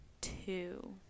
Two